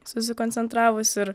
susikoncentravus ir